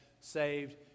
saved